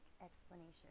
explanation